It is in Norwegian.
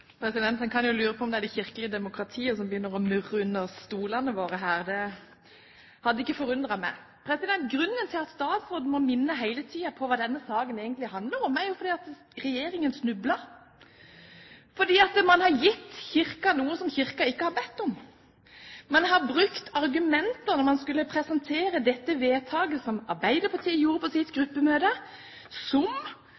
det kirkelige demokratiet som begynner å murre under stolene våre. Det hadde ikke forundret meg. Grunnen til at statsråden hele tiden må minne oss på hva denne saken egentlig handler om, er at regjeringen snubler, fordi man har gitt Kirken noe som Kirken ikke har bedt om. Man har brukt argumenter når man skulle presentere dette vedtaket, som Arbeiderpartiet gjorde på sitt